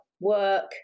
work